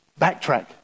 backtrack